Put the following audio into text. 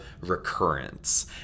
recurrence